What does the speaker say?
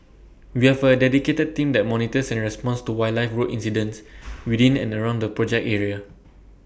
we have A dedicated team that monitors and responds to wildlife road incidents within and around the project area